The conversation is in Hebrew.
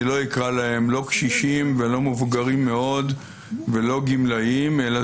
אקרא להם קשישים ולא מבוגרים מאוד ולא גמלאים אלא